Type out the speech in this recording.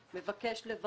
מבקש לברך ולהודות.